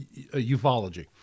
ufology